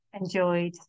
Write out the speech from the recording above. enjoyed